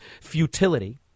futility